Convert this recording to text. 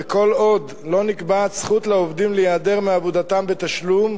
וכל עוד לא נקבעת זכות לעובדים להיעדר מעבודתם בתשלום,